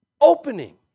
opening